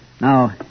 Now